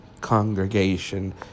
congregation